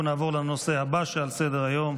נעבור לנושא הבא שעל סדר-היום,